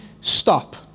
stop